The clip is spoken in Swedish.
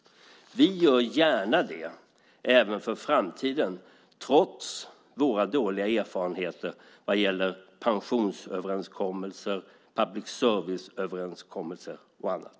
Vi gör gärna det även för framtiden trots våra dåliga erfarenheter vad gäller pensionsöverenskommelser, public service-överenskommelser och annat.